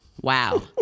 Wow